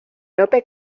lope